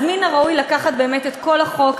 אז מן הראוי לקחת באמת את כל החוק,